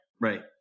right